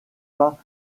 pas